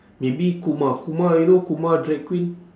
maybe kumar kumar you know kumar drag queen